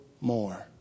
more